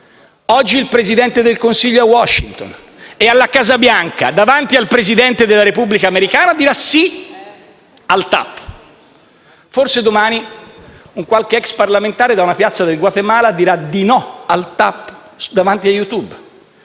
Oggi il Presidente del Consiglio è a Washington e alla Casa Bianca, davanti al Presidente degli Stati Uniti d'America, dirà sì al TAP, forse domani un qualche ex parlamentare da una piazza del Guatemala dirà di no al TAP davanti a YouTube.